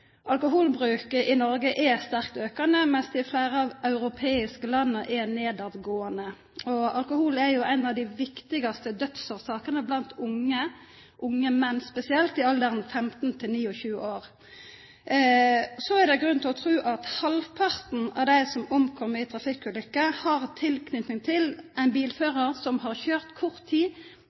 i Norge er sterkt økende, mens den i flere av de europeiske landene er nedadgående. Alkoholen er jo en av de viktigste dødsårsakene blant unge – unge menn spesielt – i alderen 15–29 år. Så er det grunn til å tro at halvparten av dem som omkommer i trafikkulykker, har tilknytning til en bilfører som har kjørt i kort tid